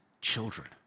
children